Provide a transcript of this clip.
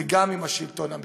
וגם עם השלטון המקומי.